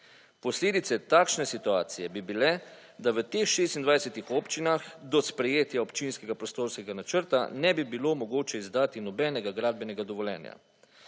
Posledice takšne situacije bi bile, da v teh 26-ih občinah do sprejetja občinskega prostorskega načrta ne bi bilo mogoče izdati nobenega gradbenega dovoljenja.